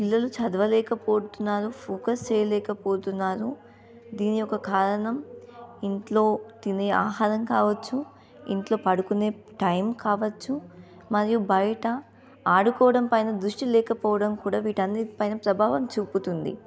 పిల్లలు చదవలేకపోతున్నారు ఫోకస్ చెయ్యలేకపోతున్నారు దీని యొక్క కారణం ఇంట్లో తినే ఆహారం కావచ్చు ఇంట్లో పడుకునే టైం కావచ్చు మరియు బయట ఆడుకోవడం పైన దృష్టి లేకపోవడం కూడా వీటన్ని పైన ప్రభావం చూపుతుంది